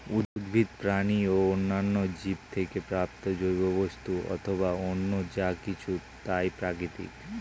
উদ্ভিদ, প্রাণী ও অন্যান্য জীব থেকে প্রাপ্ত জৈব বস্তু অথবা অন্য যা কিছু তাই প্রাকৃতিক